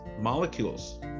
molecules